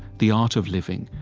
the art of living,